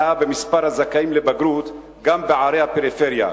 נאה במספר הזכאים לבגרות גם בערי הפריפריה,